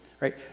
right